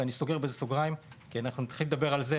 אני סוגר בזה סוגריים, כי אם נתחיל לדבר על זה